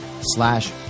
slash